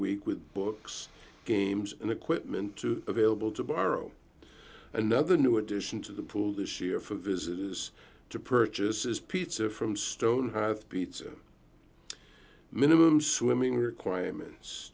week with books games and equipment to available ready to borrow another new addition to the pool this year for visitors to purchase is pizza from stone have pizza minimum swimming requirements